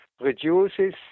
reduces